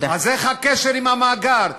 איך יש קשר למאגר?